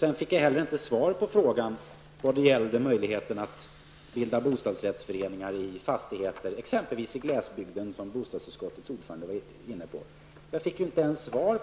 Jag fick heller inte något svar på min fråga om möjligheten att bilda bostadsrättsföreningar i fastigheter i exempelvis glesbygden, vilket bostadsutskottets ordförande var inne på.